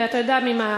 ואתה יודע ממה,